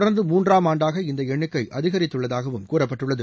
தொடர்ந்து மூன்றாம் ஆண்டாக இந்த எண்ணிக்கை அதிகரித்துள்ளதாகவும் கூறப்பட்டுள்ளது